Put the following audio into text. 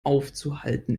aufzuhalten